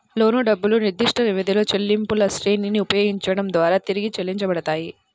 లోను డబ్బులు నిర్దిష్టవ్యవధిలో చెల్లింపులశ్రేణిని ఉపయోగించడం ద్వారా తిరిగి చెల్లించబడతాయి